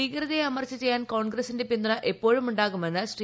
ഭീകരതയെ അമർച്ച ചെയ്യാൻ കോൺഗ്രസിന്റെ പിന്തുണ എപ്പോഴുമുണ്ടാകുമെന്ന് ശ്രീ